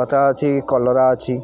ଲତା ଅଛି କଲରା ଅଛି